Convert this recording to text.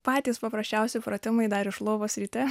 patys paprasčiausi pratimai dar iš lovos ryte